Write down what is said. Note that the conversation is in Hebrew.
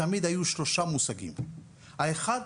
תמיד היו שלושה מושגים: האחד,